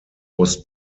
was